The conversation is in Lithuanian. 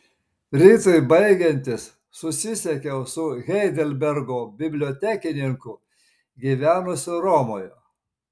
rytui baigiantis susisiekiau su heidelbergo bibliotekininku gyvenusiu romoje